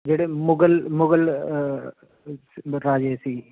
ਜਿਹੜੇ ਮੁਗਲ ਮੁਗਲ ਰਾਜੇ ਸੀ